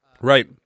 Right